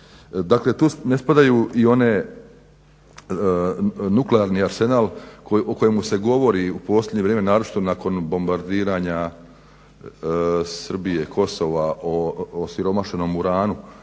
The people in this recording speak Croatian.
Dakle, tu ne spadaju i onaj nuklearni arsenal o kojemu se govori u posljednje vrijeme, naročito nakon bombardiranja Srbije Kosova o osiromašenom uranu